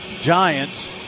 giants